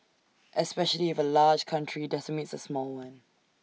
especially if A large country decimates A small one